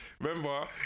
remember